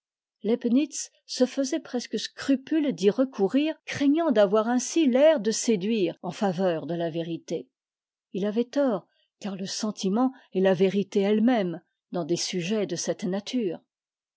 se faisait presque scrupule d'y recourir craignant d'avoir ainsi l'air de séduire en faveur de là vérité il avait tort car le sentiment est la vérité eiie même dans des sujets de cette nature